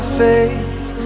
face